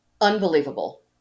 Unbelievable